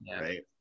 Right